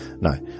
No